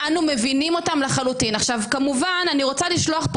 אמנם יש מצב שתחריבו את מדינת ישראל על הדרך,